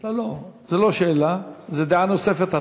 לא לא, זו לא שאלה, זו דעה נוספת.